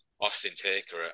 Austin-Taker